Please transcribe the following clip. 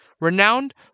Renowned